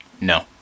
No